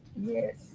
Yes